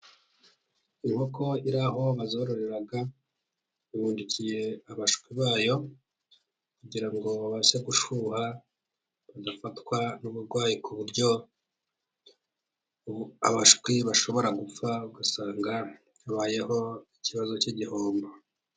Inkoko iri aho bazororera, ibundikiye abashwi bayo, kugirango babashe gushyuha, badafatwa n'uburwayi ku buryo abashwi bashobora gupfa, ugasanga habayeho ikibazo cy'igihombo.